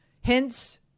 Hence